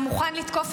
אני לא מתבייש, תתביישי